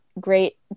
great